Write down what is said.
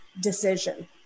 decision